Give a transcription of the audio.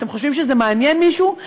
אתם חושבים שזה מעניין מישהו?